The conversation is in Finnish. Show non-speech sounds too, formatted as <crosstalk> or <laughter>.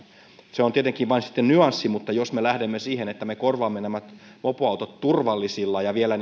se on tietenkin vain sitten nyanssi mutta jos me lähdemme siihen että me korvaamme nämä mopoautot turvallisilla ja vielä <unintelligible>